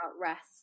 rest